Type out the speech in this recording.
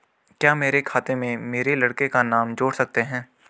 क्या मेरे खाते में मेरे लड़के का नाम जोड़ सकते हैं?